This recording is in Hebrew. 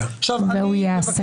והוא יעשה.